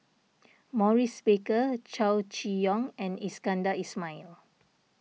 Maurice Baker Chow Chee Yong and Iskandar Ismail